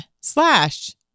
slash